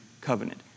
Covenant